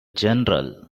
general